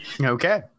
Okay